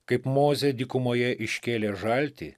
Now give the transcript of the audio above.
kaip mozė dykumoje iškėlė žaltį